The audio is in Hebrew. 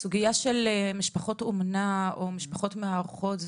סוגיה של משפחות אומנה או משפחות מארחות זו